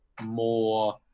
more